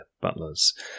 Butler's